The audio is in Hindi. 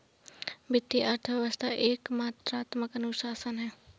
वित्तीय अर्थशास्त्र एक मात्रात्मक अनुशासन है